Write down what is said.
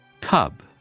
Cub